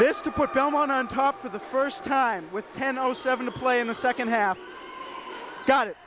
this to put belmont on top for the first time with ten o seven to play in the second half